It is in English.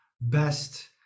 best